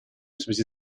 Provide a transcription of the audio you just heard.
связи